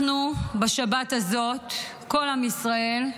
אנחנו, בשבת הזאת, כל עם ישראל,